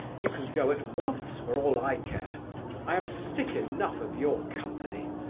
you can go at once for all i care i am sick enough of your company.